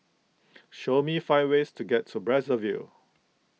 show me five ways to get to Brazzaville